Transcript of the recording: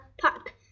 park